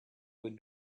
would